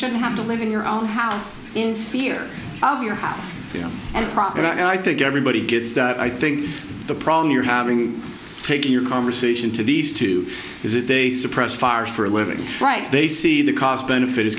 shouldn't have to live in your own house in fear of your house and crop but i think everybody gets that i think the problem you're having taking your conversation to these two is that they suppress far for a living right they see the cost benefit i